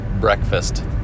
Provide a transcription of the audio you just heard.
breakfast